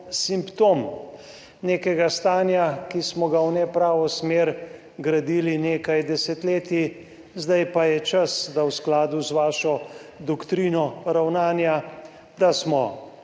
nekega stanja, ki smo ga v nepravo smer gradili nekaj desetletij, zdaj pa je čas, da smo v skladu z vašo doktrino ravnanja